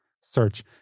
search